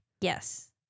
Yes